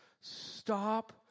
stop